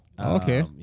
okay